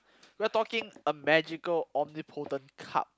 we are talking a magical omnipotent cup